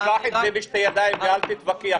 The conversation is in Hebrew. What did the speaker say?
תיקח את זה בשתי ידיים ואל תתווכח.